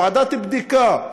ועדת בדיקה,